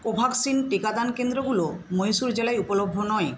কোভ্যাক্সিন টিকাদান কেন্দ্রগুলো মহীশূর জেলায় উপলভ্য নয়